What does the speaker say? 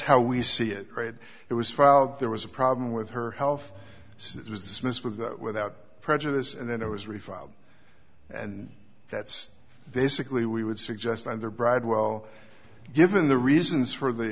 how we see it it was filed there was a problem with her health so it was dismissed with without prejudice and then it was refiled and that's basically we would suggest either bridewell given the reasons for the